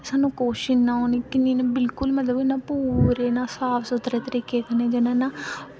सानूं कोशिश निं होनी की इनें बिल्कुल ना मतलब की इ'यां पूरे न साफ सूथरे तरीके कन्नै जि'यां ना